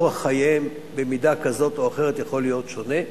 אורח חייהם במידה כזו או אחרת יכול להיות שונה,